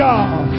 God